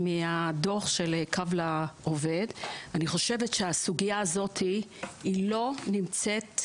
מהדוח של קו לעובד אני חושבת שהסוגיה הזאת היא לא מעניינת,